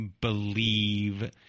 believe